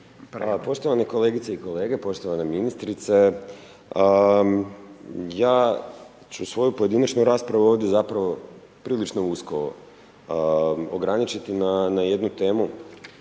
Poštovane kolegice i kolege, poštovana ministrice. Ja ću svoju pojedinačnu raspravu ovdje zapravo prilično usko ograničiti na jednu temu